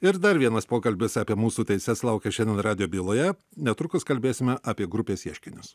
ir dar vienas pokalbis apie mūsų teises laukia šiandien radijo byloje netrukus kalbėsime apie grupės ieškinius